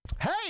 Hey